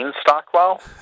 Stockwell